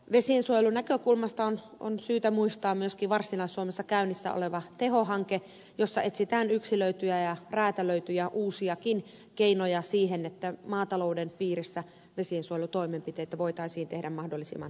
vesiensuojelunäkökulmasta on syytä muistaa myöskin varsinais suomessa käynnissä oleva teho hanke jossa etsitään yksilöityjä ja räätälöityjä uusiakin keinoja siihen että maatalouden piirissä vesiensuojelutoimenpiteitä voitaisiin tehdä mahdollisimman tehokkaasti